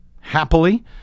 happily